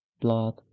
blood